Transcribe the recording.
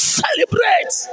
celebrate